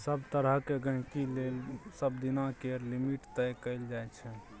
सभ तरहक गहिंकी लेल सबदिना केर लिमिट तय कएल जाइ छै